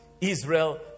Israel